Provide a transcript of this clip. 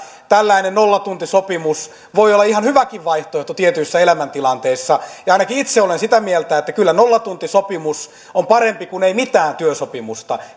tällainen nollatuntisopimus voi olla ihan hyväkin vaihtoehto tietyssä elämäntilanteessa ainakin itse olen sitä mieltä että kyllä nollatuntisopimus on parempi kuin ei mitään työsopimusta